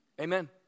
Amen